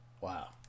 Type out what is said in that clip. wow